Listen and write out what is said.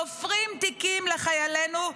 תופרים תיקים לחיילינו,